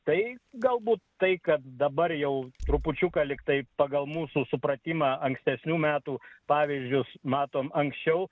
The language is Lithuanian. tai galbūt tai kad dabar jau trupučiuką lyg tai pagal mūsų supratimą ankstesnių metų pavyzdžius matom anksčiau